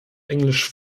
englisch